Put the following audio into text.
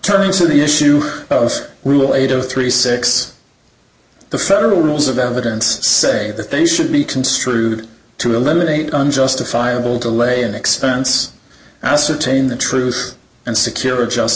turn to the issue of rule eight zero three six the federal rules of evidence say that they should be construed to eliminate unjustifiable to lay an expense ascertain the truth and secure a just